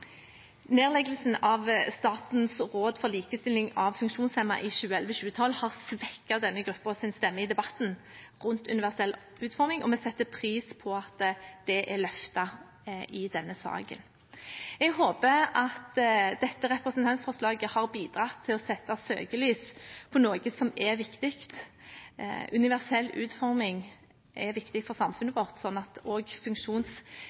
Nedleggelsen av Statens råd for likestilling av funksjonshemmede i 2011–2012 har svekket denne gruppens stemme i debatten rundt universell utforming, og vi setter pris på at det er løftet i denne saken. Jeg håper at dette representantforslaget har bidratt til å sette søkelys på noe som er viktig. Universell utforming er viktig for samfunnet